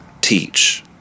teach